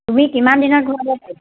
তুমি কিমান দিনত ঘূৰাব পাৰিবা